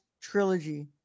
trilogy